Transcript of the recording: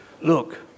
Look